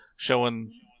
Showing